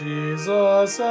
Jesus